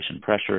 pressure